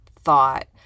thought